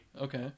Okay